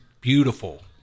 beautiful